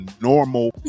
normal